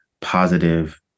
positive